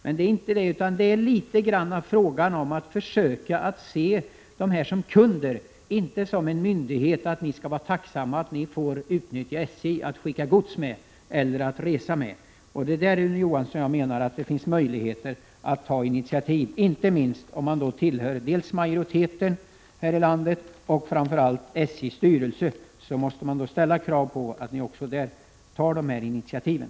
Men det är i viss mån fråga om att försöka se företagen som kunder, att inte som en myndighet ha inställningen att ”ni skall vara tacksamma att ni får utnyttja SJ för att skicka gods eller resa”. Det är därvidlag, Rune Johansson, som jag menar att det finns möjligheter att ta initiativ. Inte minst när det gäller er som tillhör majoriteten här i landet, och framför allt SJ:s styrelse, måste man kräva att ni tar de här initiativen.